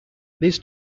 this